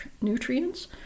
nutrients